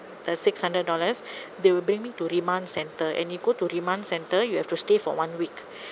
the six hundred dollars they will bring me to remand centre and you go to remand centre you have to stay for one week